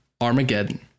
Armageddon